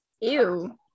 ew